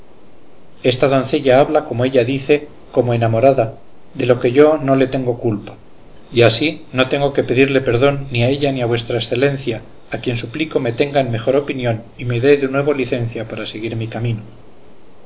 esta doncella habla como ella dice como enamorada de lo que yo no le tengo culpa y así no tengo de qué pedirle perdón ni a ella ni a vuestra excelencia a quien suplico me tenga en mejor opinión y me dé de nuevo licencia para seguir mi camino